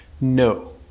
No